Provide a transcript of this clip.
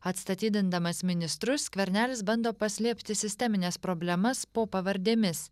atstatydindamas ministrus skvernelis bando paslėpti sistemines problemas po pavardėmis